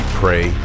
pray